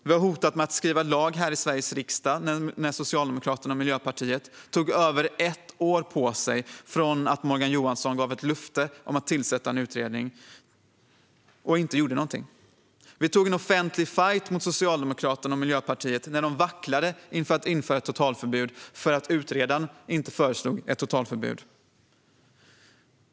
Vi har hotat med att skriva lag här i Sveriges riksdag, då Socialdemokraterna och Miljöpartiet tog över ett år på sig från det att Morgan Johansson gav ett löfte om att tillsätta en utredning och inte gjorde någonting. Vi tog en offentlig fajt med Socialdemokraterna och Miljöpartiet när de vacklade inför att införa ett totalförbud eftersom utredaren inte föreslog ett totalförbud.